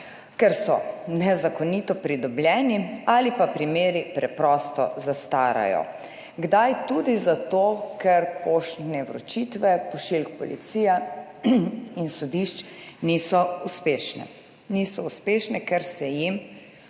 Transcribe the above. ker so nezakonito pridobljeni ali pa primeri preprosto zastarajo. Kdaj tudi zato, ker poštne vročitve pošiljk policija in sodišč niso uspešne. Niso uspešne, ker se jim